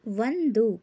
ಒಂದು